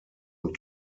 und